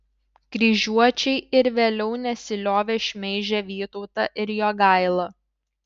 kryžiuočiai ir vėliau nesiliovė šmeižę vytautą ir jogailą